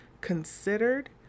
considered